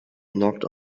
knocked